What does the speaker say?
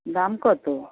দাম কতো